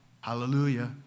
Hallelujah